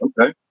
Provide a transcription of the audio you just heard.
okay